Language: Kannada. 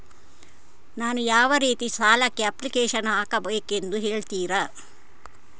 ನಾನು ಯಾವ ರೀತಿ ಸಾಲಕ್ಕೆ ಅಪ್ಲಿಕೇಶನ್ ಹಾಕಬೇಕೆಂದು ಹೇಳ್ತಿರಾ?